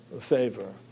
favor